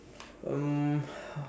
um